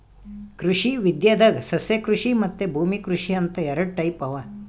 ಕೃಷಿ ವಿದ್ಯೆದಾಗ್ ಸಸ್ಯಕೃಷಿ ಮತ್ತ್ ಭೂಮಿ ಕೃಷಿ ಅಂತ್ ಎರಡ ಟೈಪ್ ಅವಾ